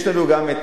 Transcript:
יש לנו גם,